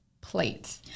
plate